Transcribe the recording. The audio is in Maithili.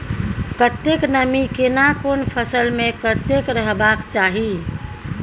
कतेक नमी केना कोन फसल मे कतेक रहबाक चाही?